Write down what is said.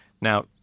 Now